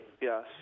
Yes